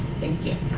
thank you.